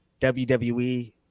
WWE